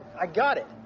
i got it.